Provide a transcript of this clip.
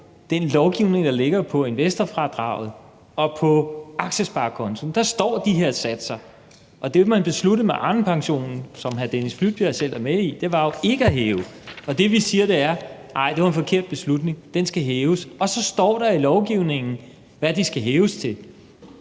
den lovgivning, der ligger, vedrørende investorfradraget og aktiesparekontoen. Der står de her satser, og det, man besluttede med Arnepensionen, som hr. Dennis Flydtkjær selv er med i, var jo ikke at hæve. Det, vi siger, er: Nej, det var en forkert beslutning, de skal hæves. Og så står der i lovforslaget, hvad de skal hæves til.